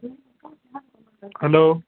hello